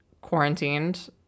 quarantined